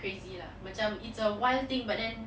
crazy lah macam it's a wild thing but then